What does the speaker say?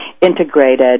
integrated